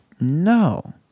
No